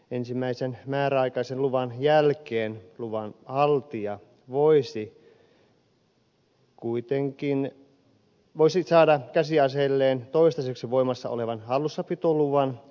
ensimmäisen määräaikaisen luvan jälkeen luvanhaltija voisi saada käsiaseelleen toistaiseksi voimassa olevan hallussapitoluvan